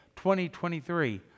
2023